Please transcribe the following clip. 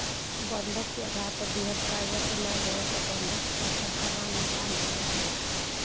बंधक के आधार पर दिहल कर्जा के ना देवे पर बंधक रखल सामान नीलाम हो जाला